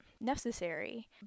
Necessary